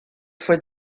for